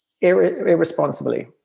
irresponsibly